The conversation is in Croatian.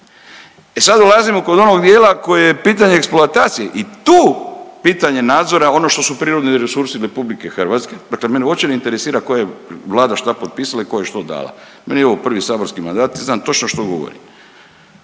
E sad dolazimo kod onog dijela koji je pitanje eksploatacije i tu pitanje nadzora je ono što su prirodni resursi RH, dakle mene uopće ne interesira ko je Vlada šta potpisala i ko je što dala, meni je ovo prvi saborski mandat i znam točno što govorim